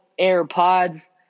AirPods